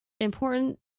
important